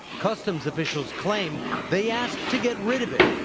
customs officials claim they asked to get rid of it,